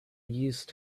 used